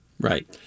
right